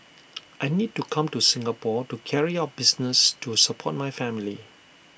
I need to come to Singapore to carry out business to support my family